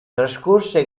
trascorse